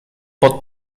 pod